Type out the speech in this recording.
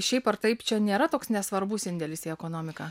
šiaip ar taip čia nėra toks svarbus indėlis į ekonomiką